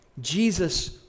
Jesus